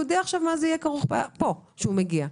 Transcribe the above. יודע עכשיו במה זה כרוך פה כשהוא מגיע,